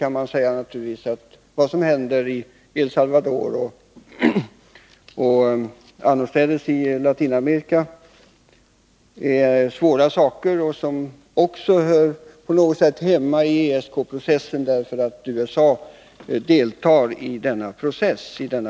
handling vid sä Vad som händer i El Salvador och annorstädes i Latinamerika hör på något kerhetsoch sam sätt också hemma i ESK-processen, eftersom USA deltar i denna diskussion.